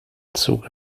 zuge